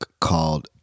called